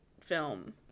film